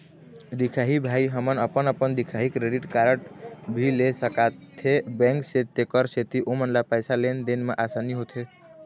दिखाही भाई हमन अपन अपन दिखाही क्रेडिट कारड भी ले सकाथे बैंक से तेकर सेंथी ओमन ला पैसा लेन देन मा आसानी होथे?